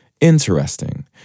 Interesting